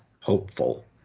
hopeful